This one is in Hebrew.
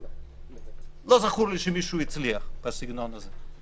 לא זכור לי שמישהו הצליח בסגנון הזה.